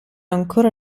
ancora